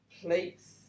plates